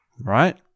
Right